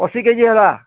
ଅଶୀ କେଜି ହେଲା